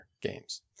games